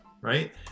right